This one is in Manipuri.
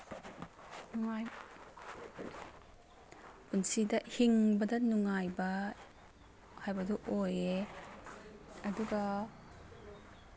ꯄꯨꯟꯁꯤꯗ ꯍꯤꯡꯕꯗ ꯅꯨꯡꯉꯥꯏꯕ ꯍꯥꯏꯕꯗꯨ ꯑꯣꯏꯌꯦ ꯑꯗꯨꯒ